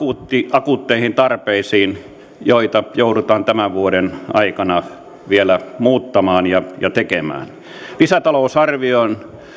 akuutteihin tarpeisiin resursseja joita joudutaan tämän vuoden aikana vielä muuttamaan ja tekemään lisätalousarvioon